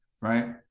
right